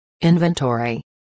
inventory